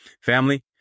Family